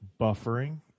buffering